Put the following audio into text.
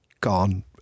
gone